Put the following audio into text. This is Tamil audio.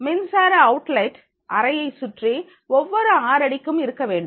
மின்சார அவுட்லெட் அறையை சுற்றி ஒவ்வொரு ஆறடிக்கு இருக்கவேண்டும்